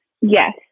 yes